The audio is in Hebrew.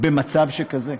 במצב שכזה?